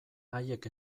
haiek